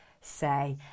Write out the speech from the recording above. say